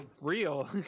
real